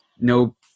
no